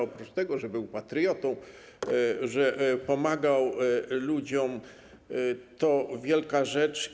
Oprócz tego był patriotą, pomagał ludziom, to wielka rzecz.